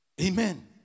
Amen